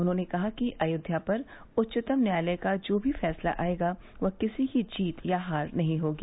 उन्होंने कहा कि अयोध्या पर उच्चतम न्यायालय का जो भी फैसला आयेगा वह किसी की जीत या हार नहीं होगी